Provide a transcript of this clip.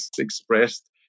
expressed